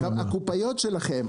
הקופאיות שלכם,